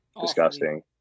disgusting